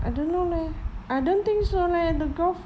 I don't know leh I don't think so leh the golf